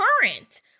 current